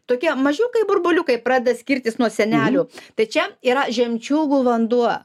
tokie mažiukai burbuliukai pradeda skirtis nuo sienelių tai čia yra žemčiūgų vanduo